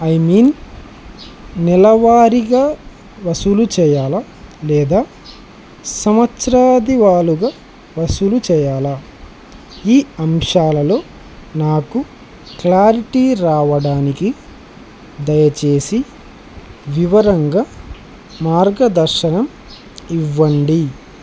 I mean నెలవారీగా వసూలు చేయాలా లేదా సంవత్సరాది వాలుగా వసూలు చేయాలా ఈ అంశాలలో నాకు క్లారిటీ రావడానికి దయచేసి వివరంగా మార్గదర్శనం ఇవ్వండి